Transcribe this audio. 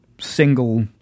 single